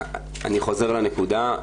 אני חוזר לנקודה,